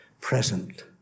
present